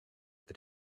that